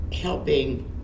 helping